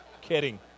kidding